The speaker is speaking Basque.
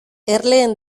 erleen